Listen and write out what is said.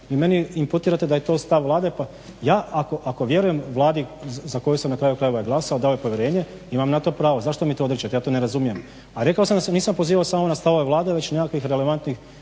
i meni imputirate da je to stav Vlade. Pa ja ako vjerujem Vladi za koju sam na kraju krajeva i glasovao dao joj povjerenje imam na to pravo. Zašto mi to odričete? Ja to ne razumijem. A rekao sam da se nisam pozivao samo na stavove Vlade već nekakvih relevantnih